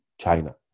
China